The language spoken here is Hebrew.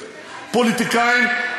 פוליטיקאים,